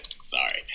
Sorry